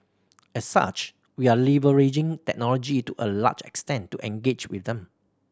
as such we are leveraging technology to a large extent to engage with them